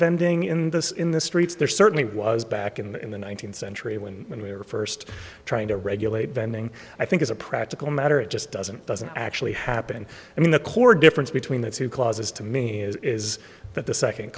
vending in the us in the streets there certainly was back in the one nine hundred centuries when when we are first trying to regulate vending i think as a practical matter it just doesn't doesn't actually happen i mean the core difference between the two clauses to me is is that the second